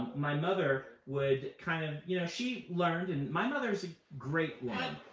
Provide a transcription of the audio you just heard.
my mother would kind of you know she learned, and my mother is a great woman.